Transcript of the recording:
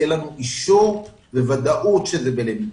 יהיה לנו אישור בוודאות שזה ללמידה.